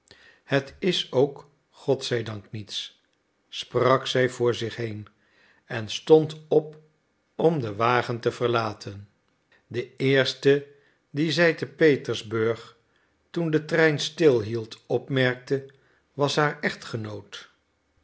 het is ook god zij dank niets sprak zij voor zich heen en stond op om den wagen te verlaten de eerste dien zij te petersburg toen de trein stil hield opmerkte was haar echtgenoot